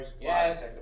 Yes